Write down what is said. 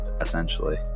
essentially